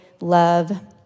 love